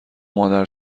مادر